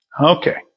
Okay